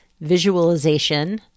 visualization